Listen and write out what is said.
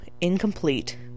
Incomplete